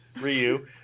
Ryu